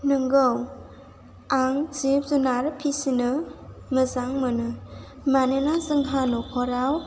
नंगौ आं जिब जुनार फिसिनो मोजां मोनो मानोना जोंहा न'खराव